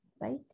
right